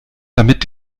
damit